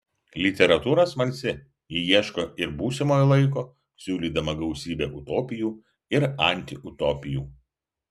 literatūra smalsi ji ieško ir būsimojo laiko siūlydama gausybę utopijų ir antiutopijų